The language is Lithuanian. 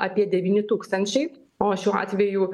apie devyni tūkstančiai o šiuo atveju